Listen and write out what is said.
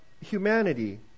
humanity